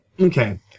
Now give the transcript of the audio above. Okay